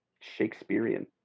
Shakespearean